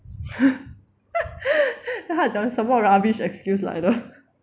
then 他讲什么 rubbish excuse 来的